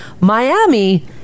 Miami